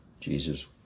Jesus